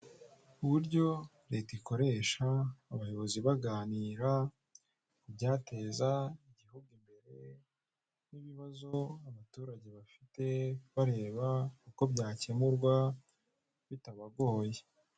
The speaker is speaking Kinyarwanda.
Uburyo leta ikoresha abayobozi baganira ku byateza igihugu imbere n'ibibazo abaturage bafite bareba uko byakemurwa bitabagoye.